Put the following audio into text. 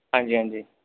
हां जी हां जी